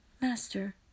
Master